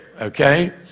Okay